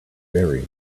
very